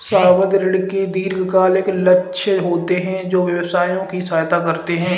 सावधि ऋण के दीर्घकालिक लक्ष्य होते हैं जो व्यवसायों की सहायता करते हैं